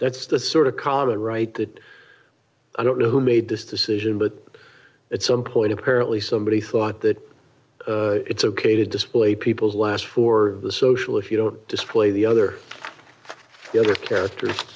that's to sort of comment right the i don't know who made this decision but at some point apparently somebody thought that it's ok to display people's last for the social if you don't display the other other characters